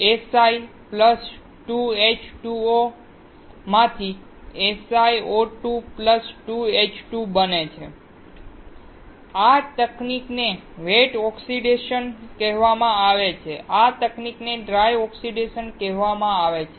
Si 2H2O 🡪 SiO2 2H2 આ તકનીકને wet oxidation કહેવામાં આવે છે આ તકનીકને ડ્રાય ઓક્સિડેશન કહેવામાં આવે છે